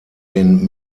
dem